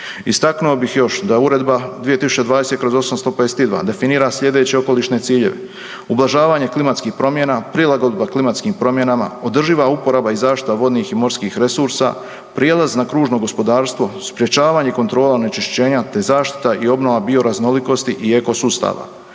Istaknuo bih još da Uredba 2020/852 definira sljedeće okolišne ciljeve, ublažavanje klimatskih promjena, prilagodba klimatskim promjenama, održiva uporaba i zaštita vodnih i morskih resursa, prijelaz na kružno gospodarstvo, sprječavanje kontrola onečišćenja te zaštita i obnova bioraznolikosti i ekosustava.